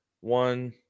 one